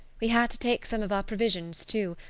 we had to take some of our provisions, too,